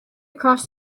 across